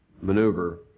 maneuver